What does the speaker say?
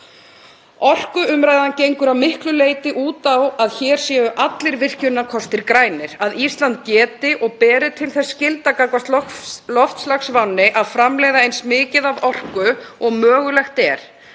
Orkuumræðan gengur að miklu leyti út á að hér séu allir virkjunarkostir grænir, að Ísland geti og beri til þess skylda gagnvart loftslagsvánni að framleiða eins mikið af orku og mögulegt er.